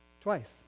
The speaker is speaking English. Twice